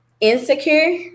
insecure